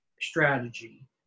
strategy